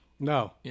No